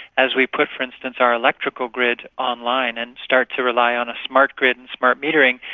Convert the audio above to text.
as we put, for instance, our electrical grid online and start to rely on a smart grid and smart metering,